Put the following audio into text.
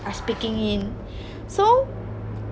speaking in so